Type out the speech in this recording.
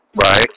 right